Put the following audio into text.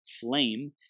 Flame